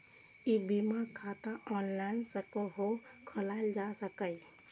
ई बीमा खाता ऑनलाइन सेहो खोलाएल जा सकैए